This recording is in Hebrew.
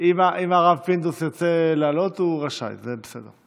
אם הרב פינדרוס ירצה לעלות, הוא רשאי, זה בסדר.